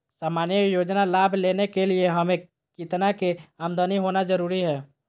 सामान्य योजना लाभ लेने के लिए हमें कितना के आमदनी होना जरूरी है?